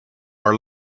are